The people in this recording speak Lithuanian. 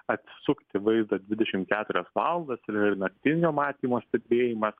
atsisukti vaizdą dvidešim keturias valandas yra ir naktinio matymo stebėjimas